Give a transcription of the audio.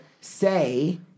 say